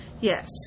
Yes